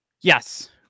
Yes